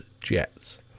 jets